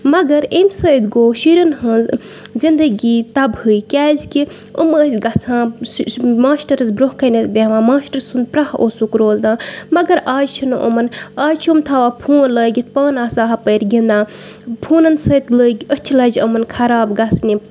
مَگر اَمہِ سۭتۍ گوٚو شُرین ۂنز زندگی تَباہٕے کیازِ کہِ أمۍ ٲسۍ گژھان ماسٹرَس برونہہ کَنیتھ بیٚہوان ماسٹر سُند پرہہ اوسُکھ روزان مَگر آز چھُ نہٕ یِمَن آز چھِ أمۍ تھاوان فون لٲگِتھ پانہٕ آسان ہُپٲر گِندان فونن سۭتۍ لٔگۍ أچھٕ لَجہِ یِمن خراب گژھِنہِ